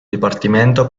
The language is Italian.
dipartimento